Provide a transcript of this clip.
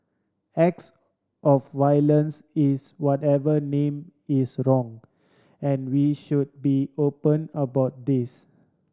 acts of violence is whatever name is wrong and we should be open about this